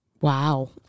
Wow